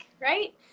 right